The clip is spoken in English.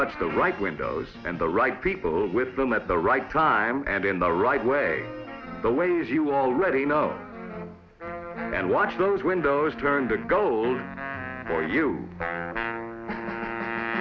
touch the right windows and the right people with them at the right time and in the right way the ways you already know and watch those windows turn to gold or you